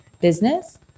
business